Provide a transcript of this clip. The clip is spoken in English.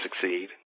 succeed